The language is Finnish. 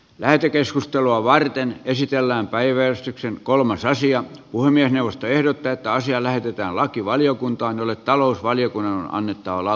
lähetekeskustelua varten esitellään päiväystyksen kolmas asia puhemiesneuvosto ehdottaa että asia lähetetään lakivaliokuntaan jolle talousvaliokunnan on annettava lausunto